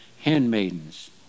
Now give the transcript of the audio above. handmaidens